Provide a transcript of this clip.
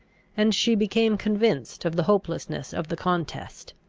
and she became convinced of the hopelessness of the contest.